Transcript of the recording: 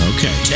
Okay